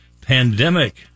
pandemic